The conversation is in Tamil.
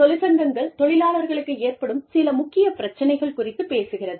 தொழிற்சங்கங்கள் தொழிலாளர்களுக்கு ஏற்படும் சில முக்கிய பிரச்சினைகள் குறித்து பேசுகிறது